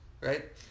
right